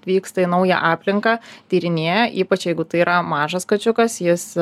vyksta į naują aplinką tyrinėja ypač jeigu tai yra mažas kačiukas jis